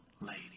lady